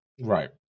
Right